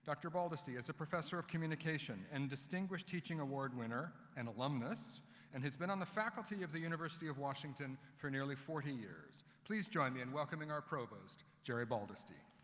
dr. baldasty is a professor of communication and distinguished teaching award winner and like um and has been on the faculty of the university of washington for nearly forty years. please join me in welcoming our provost, jerry baldasty.